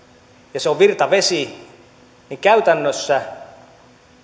ja joka on virtavesi niin käytännössä